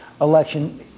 election